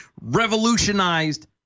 revolutionized